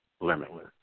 limitless